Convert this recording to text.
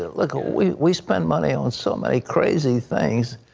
ah like ah we we spend money on so many crazy things,